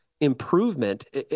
improvement